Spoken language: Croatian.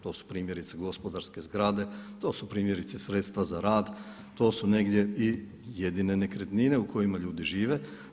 To su primjerice gospodarske zgrade, to su primjerice sredstva za rad, to su negdje i jedine nekretnine u kojima ljudi žive.